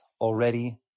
already